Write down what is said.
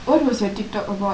what was your tiktok about